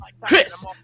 Chris